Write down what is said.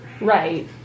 Right